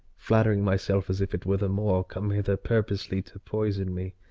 flattering myself as if it were the moor come hither purposely to poison me.